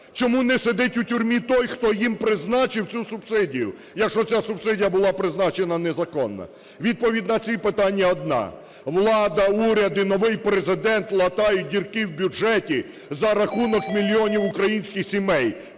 Чому не сидить у тюрмі той, хто їм призначив цю субсидію, якщо ця субсидія була призначена незаконно? Відповідь на ці питання одна. Влада, уряд і новий Президент латають дірки в бюджеті за рахунок мільйонів українських сімей,